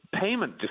payment